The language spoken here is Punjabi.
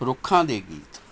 ਰੁੱਖਾਂ ਦੇ ਗੀਤ